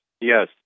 yes